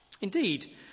Indeed